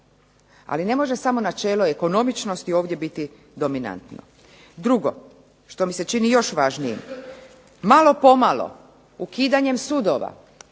ali ne može samo načelo ekonomičnosti ovdje biti dominantno. Drugo, što mi se čini još važnijim, malo po malo ukidanjem sudova,